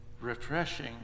refreshing